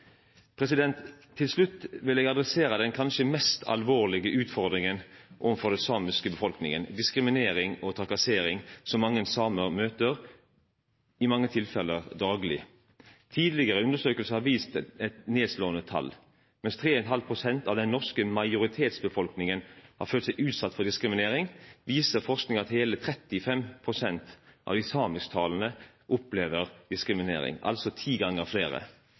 Til slutt vil jeg adressere den kanskje mest alvorlige utfordringen overfor den samiske befolkningen – diskrimineringen og trakasseringen som mange samer møter, i mange tilfeller daglig. Tidligere undersøkelser har vist nedslående tall. Mens 3,5 pst. av den norske majoritetsbefolkningen har følt seg utsatt for diskriminering, viser forskning at hele 35 pst. av de samisktalende opplever diskriminering – altså ti ganger flere.